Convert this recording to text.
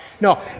No